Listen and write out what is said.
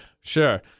Sure